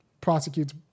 prosecutes